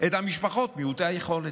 את המשפחות מעוטות היכולת.